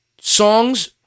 Songs